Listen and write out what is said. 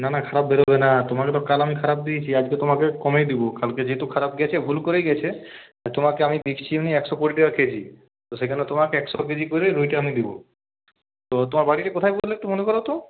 না না খারাপ বেরোবে না তোমাকে তো কাল আমি খারাপ দিয়েছি আজকে তোমাকে কমেই দেবো কালকে যেহেতু খারাপ গেছে ভুল করেই গেছে তোমাকে আমি একশো কুড়ি টাকা কেজি তো সেখানে তোমাকে একশো কেজি করে রুইটা আমি দেবো তো তোমার বাড়িটা কোথায় বললে একটু মনে করাও তো